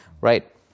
right